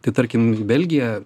tai tarkim belgija